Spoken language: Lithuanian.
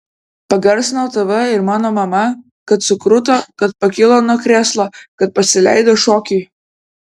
pagarsinau tv ir mano mama kad sukruto kad pakilo nuo krėslo kad pasileido šokiui